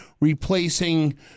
replacing